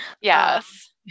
Yes